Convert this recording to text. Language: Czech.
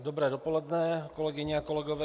Dobré dopoledne, kolegyně a kolegové.